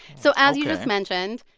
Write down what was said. so as you just mentioned.